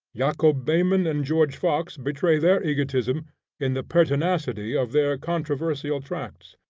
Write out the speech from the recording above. jacob behmen and george fox betray their egotism in the pertinacity of their controversial tracts,